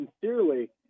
sincerely